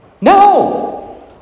No